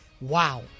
Wow